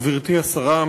גברתי השרה,